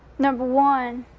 number one,